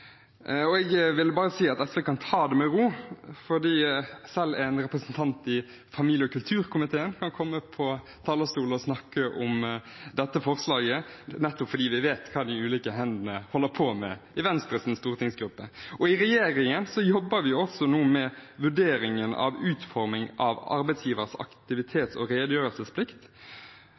Jeg vil bare si at SV kan ta det med ro, for selv en representant fra familie- og kulturkomiteen kan komme på talerstolen og snakke om dette forslaget, nettopp fordi vi vet hva de ulike hendene holder på med i Venstres stortingsgruppe. Regjeringen jobber også nå med vurderingen av utforming av arbeidsgiveres aktivitets- og redegjørelsesplikt,